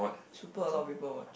super a lot of people what